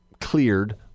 cleared